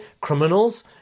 criminals